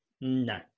No